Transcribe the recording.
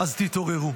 אז תתעוררו.